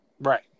Right